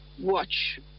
watch